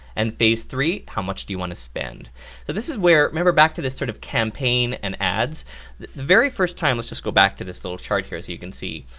and phase three how much do you want to spend? so this is where, remember back to this sort of campaign, and ad the very first time, lets just go back to this little chart here so you can see.